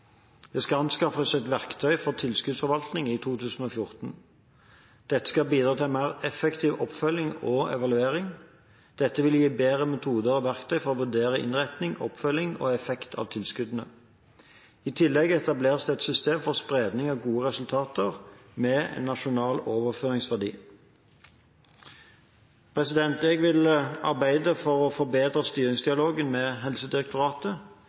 Det skal anskaffes et verktøy for tilskuddsforvaltning i 2014. Dette skal bidra til en mer effektiv oppfølging og evaluering. Dette vil gi bedre metoder og verktøy for å vurdere innretning, oppfølging og effekt av tilskuddene. I tillegg etableres det et system for spredning av gode resultater med nasjonal overføringsverdi. Jeg vil arbeide for å forbedre styringsdialogen med Helsedirektoratet.